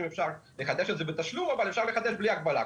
אפשר לחדש את זה בתשלום אבל אפשר לחדש בלי הגבלה.